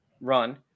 run